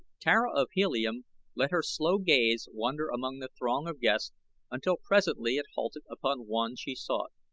tara of helium let her slow gaze wander among the throng of guests until presently it halted upon one she sought.